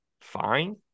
fine